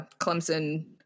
Clemson